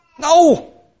No